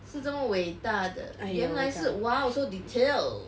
是这么伟大的原来是 !wow! so detailed